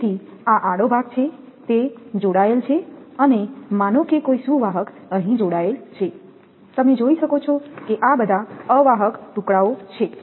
તેથી આ આડો ભાગ છે તે જોડાયેલ છે અને માનો કે કોઈ સુવાહક અહીં જોડાયેલ છે તમે જોઈ શકો છો કે આ બધા અવાહક ટુકડાઓ છે